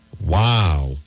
Wow